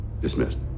Dismissed